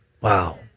Wow